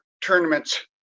tournaments